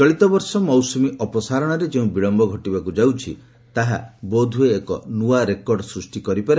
ଚଳିତବର୍ଷ ମୌସୁମୀ ଅପସାରଣରେ ଯେଉଁ ବିଳମ୍ବ ଘଟିବାକୁ ଯାଉଛି ତାହା ବୋଧହୁଏ ଏକ ନୂଆ ରେକର୍ଡ ସୃଷ୍ଟି କରିପାରେ